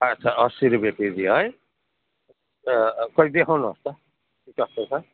अच्छा असी रुपियाँ केजी है खै देखाउनुहोस् त कस्तो छ